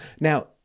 Now